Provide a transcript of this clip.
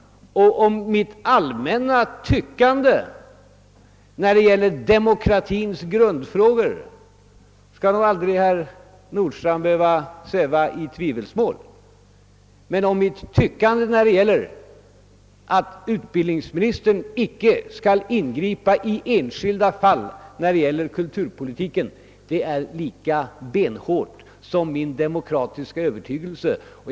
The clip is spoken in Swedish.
Om min allmänna uppfattning beträffande demokratins grundfrågor skall herr Nordstrandh aldrig behöva sväva i tvivelsmål. Min inställning att utbildningsministern icke skall ingripa i enskilda fall som gäller kulturpolitiken är dock lika benhård som min demokratiska övertygelse.